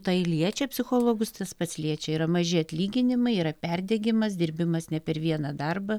tai liečia psichologus tas pats liečia yra maži atlyginimai yra perdegimas dirbimas ne per vieną darbą